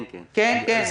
כן, כן.